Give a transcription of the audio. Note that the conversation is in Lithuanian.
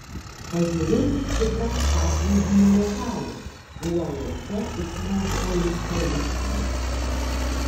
pažiūrėti tikras paplūdimio liokajus uolose išrausto lifto liftininkas